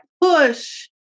push